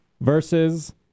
versus